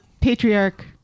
patriarch